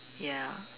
ya